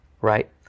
right